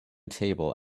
table